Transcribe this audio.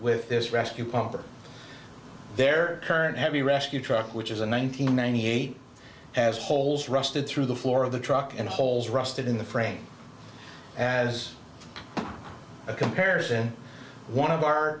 with this rescue plan for their current heavy rescue truck which is a nine hundred ninety eight has holes rusted through the floor of the truck and holes rusted in the frame as a comparison one of our